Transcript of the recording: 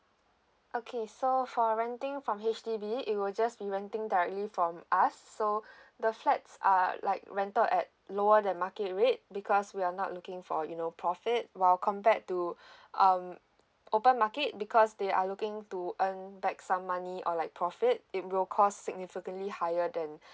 okay so for renting from H_D_B it will just be renting directly from us so the flats are like rented at lower than market rate because we are not looking for you know profit while compared to um open market because they are looking to earn back some money or like profit it will cost significantly higher than